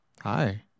Hi